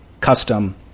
custom